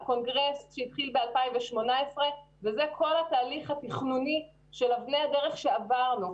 הקונגרס שהתחיל ב-2018 וזה כל התהליך התכנוני של אבני דרך שעברנו.